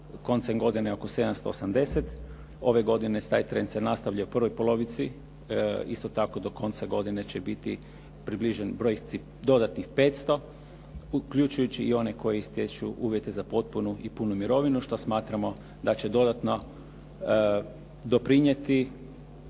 koncem godine oko 780, ove godine taj trend se nastavlja i u prvoj polovici, isto tako do konca godine će biti približen brojci dodatnih 500, uključujući i one koji stječu uvjete za potpunu i punu mirovinu što smatramo da će dodatno doprinijeti